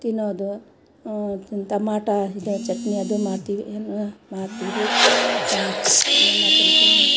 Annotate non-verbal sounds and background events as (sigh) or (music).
ತಿನ್ನೋದು ಟಮಾಟೊ ಇದು ಚಟ್ನಿ ಅದು ಮಾಡ್ತೀವಿ ಏನು ಮಾಡ್ತೀವಿ (unintelligible)